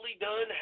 done